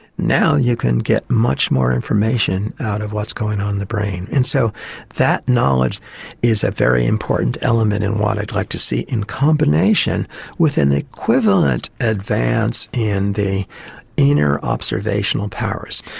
now you can get much more information out of what's going on in the brain. and so that knowledge is a very important element in what i'd like to see in combination with an equivalent advance in the inner observational powers.